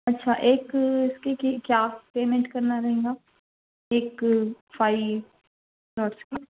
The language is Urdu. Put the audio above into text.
اچھا ایک اس کی کہ کیا پیمینٹ کرنا رہیں گا ایک فائل لاٹس کی